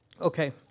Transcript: Okay